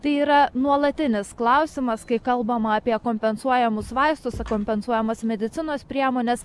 tai yra nuolatinis klausimas kai kalbama apie kompensuojamus vaistus kompensuojamas medicinos priemones